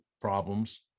problems